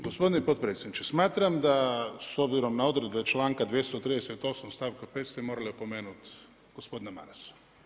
Gospodine potpredsjedniče, smatram da s obzirom na odredbe članka 238. stavak 5. ste morali opomenut gospodina Marasa.